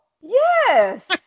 Yes